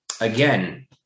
Again